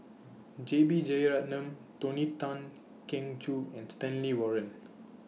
J B Jeyaretnam Tony Tan Keng Joo and Stanley Warren